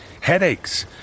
Headaches